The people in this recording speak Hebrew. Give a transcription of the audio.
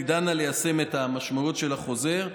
תדענה ליישם את המשמעויות של החוזר.